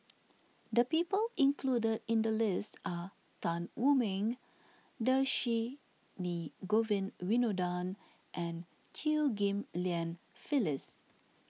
the people included in the list are Tan Wu Meng Dhershini Govin Winodan and Chew Ghim Lian Phyllis